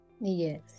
Yes